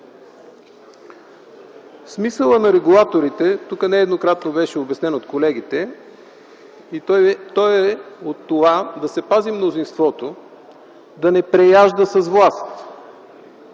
Смисълът на регулаторите тук нееднократно беше изясняван от колегите. Той е в това да се пазим мнозинството да не преяжда с власт.